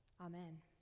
Amen